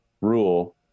rule